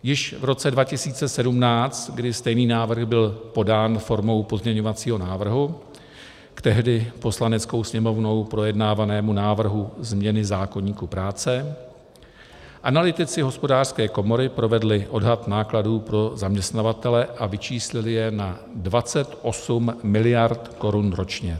Již v roce 2017, kdy stejný návrh byl podán formou pozměňovacího návrhu k tehdy Poslaneckou sněmovnou projednávanému návrhu změny zákoníku práce, analytici Hospodářské komory provedli odhad nákladů pro zaměstnavatele a vyčíslili je na 28 mld. korun ročně.